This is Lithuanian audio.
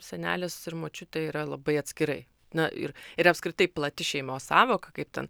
senelis ir močiutė yra labai atskirai na ir ir apskritai plati šeimos sąvoka kaip ten